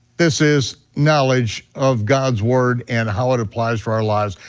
this is knowledge of god's word and how it applies for our lives.